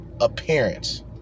appearance